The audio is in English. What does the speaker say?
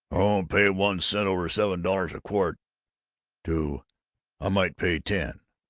i won't pay one cent over seven dollars a quart to i might pay ten.